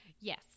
Yes